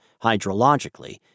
hydrologically